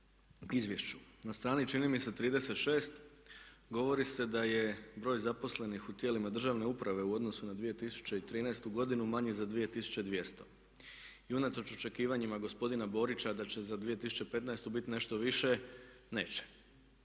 Na strani čini mi se 36. govori se da je broj zaposlenih u tijelima državne uprave u odnosu na 2013. godinu manji za 2200. I unatoč očekivanjima gospodina Borića da će za 2015. biti nešto više, neće.